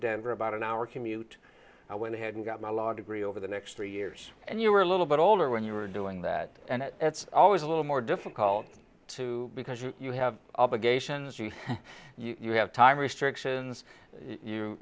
denver about an hour commute i went ahead and got my law degree over the next three years and you were a little bit older when you were doing that and that's always a little more difficult too because you have obligations you know you have time restrictions you